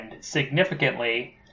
significantly